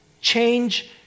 Change